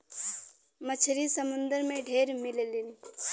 मछरी समुंदर में ढेर मिललीन